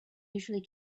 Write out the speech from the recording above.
usually